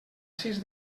sis